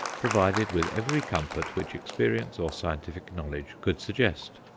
provided with every comfort which experience or scientific knowledge could suggest.